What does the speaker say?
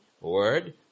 word